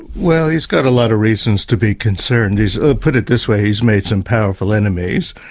well, he's got a lot of reasons to be concerned. he's. put it this way, he's made some powerful enemies,